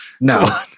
No